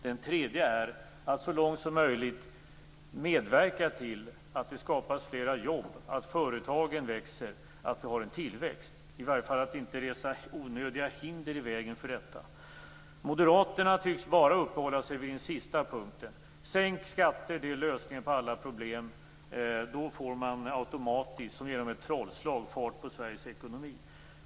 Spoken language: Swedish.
Den tredje är att skatterna så långt som möjligt skall bidra till att det skapas flera jobb, att företagen växer och att det blir en tillväxt. Skatterna skall i varje fall inte resa onödiga hinder i vägen för detta. Moderaterna tycks bara uppehålla sig vid den sista punkten. Sänkta skatter är lösningen på alla problem. Då får man automatiskt som genom ett trollslag fart på Sveriges ekonomi.